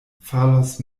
falos